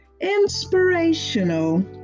inspirational